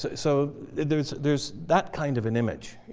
so there's there's that kind of an image,